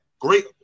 Great